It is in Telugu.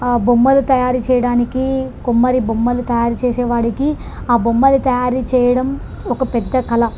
బొమ్మలు తయారు చేయడానికి కుమ్మరి బొమ్మలు తయారు చేసేవాడికి ఆ బొమ్మలు తయారుచేయడం ఒక పెద్ద కళ